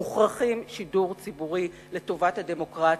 מוכרחים שידור ציבורי לטובת הדמוקרטיה.